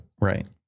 Right